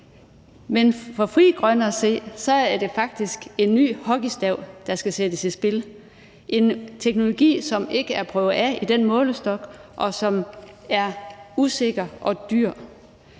men for Frie Grønne at se er det faktisk en ny hockeystav, der skal sættes i spil. Det er en teknologi, som ikke er prøvet af i den målestok, og som er usikker og dyr.